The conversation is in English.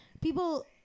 People